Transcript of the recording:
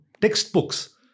textbooks